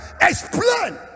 explain